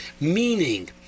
meaning